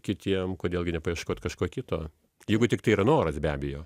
kitiem kodėl gi nepaieškot kažko kito jeigu tiktai yra noras be abejo